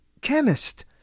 Chemist